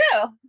true